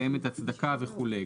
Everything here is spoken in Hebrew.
קיימת הצדקה וכולי.